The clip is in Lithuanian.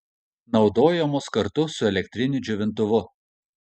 naudojamos kartu su elektriniu džiovintuvu